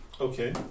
Okay